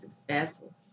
successful